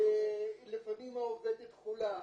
או שלפעמים העובדת חולה,